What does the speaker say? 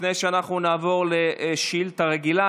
לפני שנעבור לשאילתה רגילה,